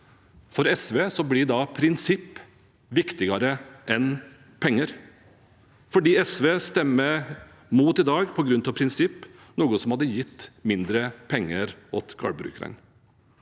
For SV blir prinsipp viktigere enn penger, for SV stemmer i dag mot på grunn av prinsipp, noe som hadde gitt mindre penger til gårdbrukerne.